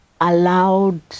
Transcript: allowed